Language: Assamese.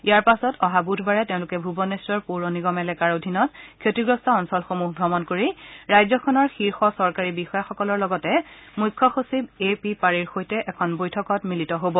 ইয়াৰ পাছত অহা বুধবাৰে তেওঁলোকে ভুৱনেখৰ পৌৰ নিগম এলেকাৰ অধীনত ক্ষতিগ্ৰস্ত অঞ্চলসমূহ ভ্ৰমণ কৰি ৰাজ্যখনৰ শীৰ্ষ চৰকাৰী বিষয়াসকলৰ লগতে মুখ্য সচিব এ পি পাড়িৰ সৈতে এখন বৈঠকত মিলিত হ'ব